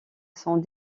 sont